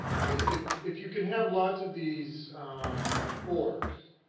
like if if you can have lots of these orgs,